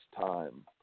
time